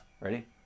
Ready